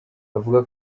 avuga